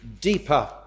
deeper